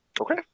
okay